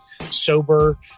sober